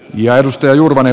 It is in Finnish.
jaetusta jurvanen